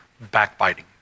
backbiting